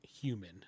human